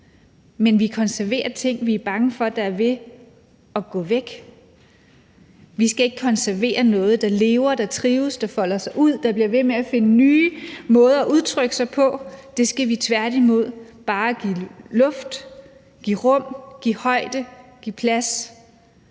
men vi konserverer ting, som vi er bange for er ved at gå væk. Vi skal ikke konservere noget, der lever, der trives, der folder sig ud, der bliver ved med at finde nye måder at udtrykke sig på, men det skal vi tværtimod bare give luft, give rum, give højde, give plads.